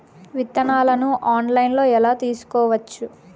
విత్తనాలను ఆన్లైన్లో ఎలా తీసుకోవచ్చు